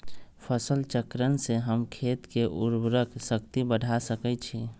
फसल चक्रण से हम खेत के उर्वरक शक्ति बढ़ा सकैछि?